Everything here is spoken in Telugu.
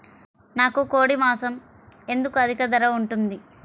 నాకు కోడి మాసం ఎందుకు అధిక ధర ఉంటుంది?